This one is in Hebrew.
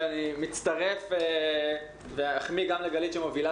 אני מצטרף ואחמיא גם לגלית שאול שמובילה